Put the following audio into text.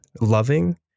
loving